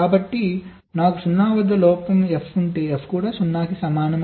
కాబట్టి నాకు 0 వద్ద లోపం F ఉంటే F కూడా 0 కి సమానం